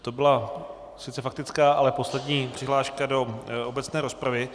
To byla sice faktická, ale poslední přihláška do obecné rozpravy.